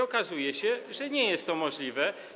Okazuje się, że nie jest to możliwe.